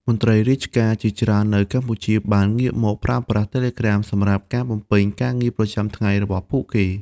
មន្ត្រីរាជការជាច្រើននៅកម្ពុជាបានងាកមកប្រើប្រាស់ Telegram សម្រាប់ការបំពេញការងារប្រចាំថ្ងៃរបស់ពួកគេ។